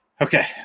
okay